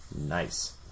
Nice